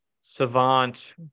savant